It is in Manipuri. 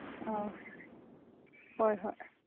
ꯑꯥꯎ ꯍꯣꯏ ꯍꯣꯏ